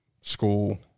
school